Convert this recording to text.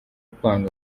kwanga